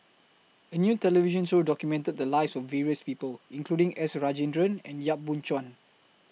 A New television Show documented The Lives of various People including S Rajendran and Yap Boon Chuan